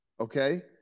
Okay